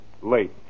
late